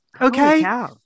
Okay